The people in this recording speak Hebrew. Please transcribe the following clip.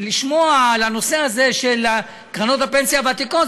לשמוע על הנושא הזה של קרנות הפנסיה הוותיקות.